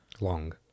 Long